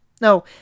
No